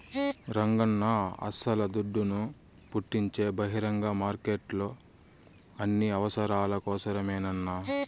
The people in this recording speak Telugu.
రంగన్నా అస్సల దుడ్డును పుట్టించే బహిరంగ మార్కెట్లు అన్ని అవసరాల కోసరమేనన్నా